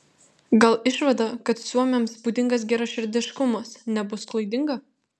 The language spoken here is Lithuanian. gal išvada kad suomiams būdingas geraširdiškumas nebus klaidinga